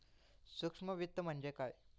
सूक्ष्म वित्त म्हणजे काय?